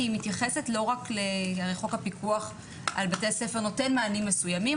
כי היא מתייחסת לא רק הרי חוק הפיקוח על בתי הספר נותן מענים מסוימים,